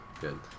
good